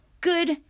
Good